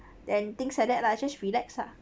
then things like that lah just relax lah